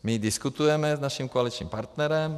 My o tom diskutujeme s naším koaličním partnerem.